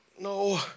no